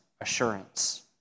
assurance